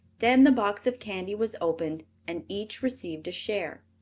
then the box of candy was opened and each received a share.